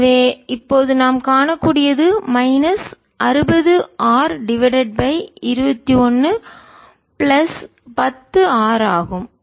எனவே இப்போது நாம் காணக்கூடியது மைனஸ் அறுபது R divided by 21 plus 10R ஆகும்